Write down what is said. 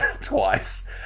twice